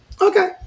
Okay